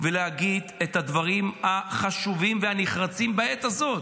ולהגיד את הדברים החשובים והנחרצים בעת הזאת